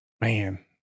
Man